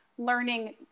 learning